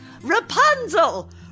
Rapunzel